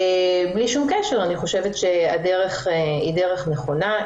בלי שום קשר אני חושבת שהדרך היא דרך נכונה,